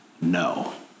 no